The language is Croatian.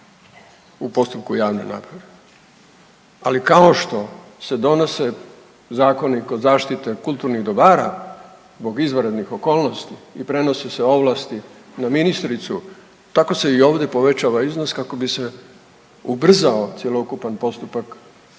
u postupku javne nabave. Ali kao što se donose zakoni kod zaštite kulturnih dobara zbog izvanrednih okolnosti i prenose se ovlasti na ministricu, tako se i ovdje povećava iznos kako bi se ubrzao cjelokupan postupak procesa